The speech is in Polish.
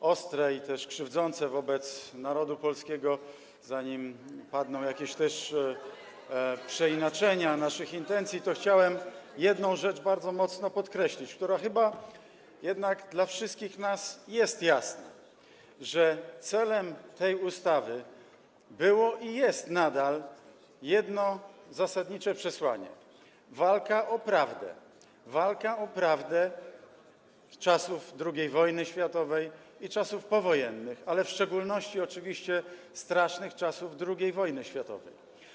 ostre i krzywdzące wobec narodu polskiego, zanim padną jakieś też przeinaczenia co do naszych intencji, to chciałem jedną rzecz bardzo mocno [[Poruszenie na sali]] podkreślić, która chyba jednak dla wszystkich nas jest jasna - że z celem tej ustawy wiązało się i nadal wiąże jedno zasadnicze przesłanie, walka o prawdę czasów II wojny światowej i czasów powojennych, ale w szczególności oczywiście strasznych czasów II wojny światowej.